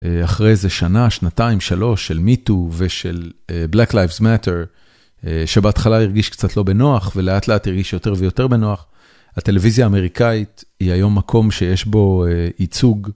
אחרי איזה שנה, שנתיים, שלוש, של MeToo ושל Black Lives Matter, שבהתחלה הרגיש קצת לא בנוח, ולאט לאט הרגיש יותר ויותר בנוח, הטלוויזיה האמריקאית היא היום מקום שיש בו ייצוג.